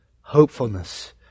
hopefulness